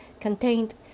contained